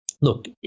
look